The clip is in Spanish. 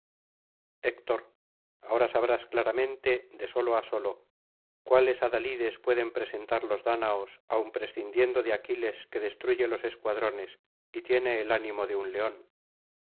héctor ahora sabrás claramente de solo á solo cuáles adalides pueden presentar los dáñaos aun prescindiendo de aquiles que destruye los escuadrones y tiene el ánimo de un león